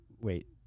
wait